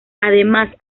además